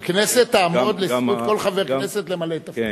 הכנסת תעמוד לזכות כל חבר כנסת למלא את תפקידו.